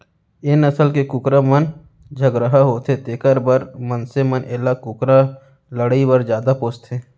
ए नसल के कुकरा मन झगरहा होथे तेकर बर मनसे मन एला कुकरा लड़ई बर जादा पोसथें